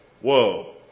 Whoa